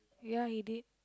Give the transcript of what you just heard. ya he did